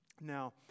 Now